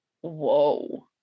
Whoa